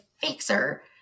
fixer